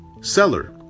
seller